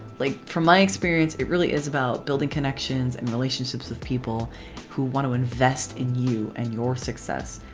like from my experience it really is about building connections and relationships with people who want to invest in you and your success.